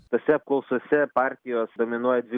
tose apklausose partijos dominuoja dvi